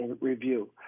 review